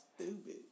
Stupid